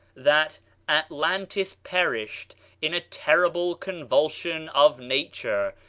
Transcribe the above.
that atlantis perished in a terrible convulsion of nature,